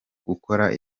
gukora